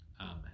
Amen